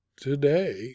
today